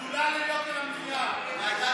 של חברת הכנסת יעל רון בן משה: בעד,